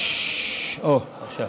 או, עכשיו.